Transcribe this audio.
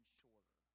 shorter